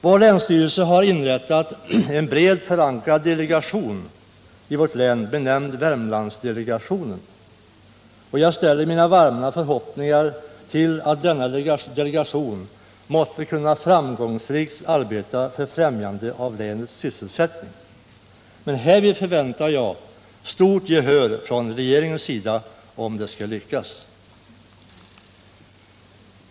Vår länsstyrelse har tillsatt en brett förankrad delegation i vårt län, benämnd Värmlandsdelegationen. Jag ställer mina varma förhoppningar till att denna delegation måtte kunna framgångsrikt arbeta för främjande av länets sysselsättning. Härvid förväntar jag stort gehör från regeringens sida för att arbetet skall lyckas.